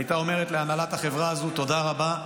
הייתה אומרת להנהלת החברה הזאת תודה רבה,